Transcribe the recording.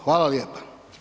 Hvala lijepa.